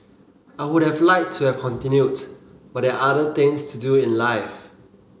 I would have liked to have continued but there are other things to do in life